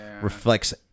reflects